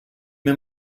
mir